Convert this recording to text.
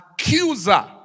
accuser